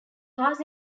cars